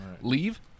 Leave